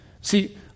See